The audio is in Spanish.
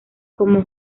como